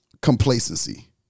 complacency